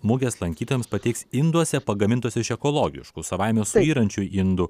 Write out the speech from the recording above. mugės lankytojams pateiks induose pagamintuose iš ekologiškų savaime suyrančių indų